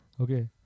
Okay